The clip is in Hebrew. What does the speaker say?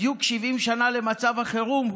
בדיוק 70 שנה למצב החירום,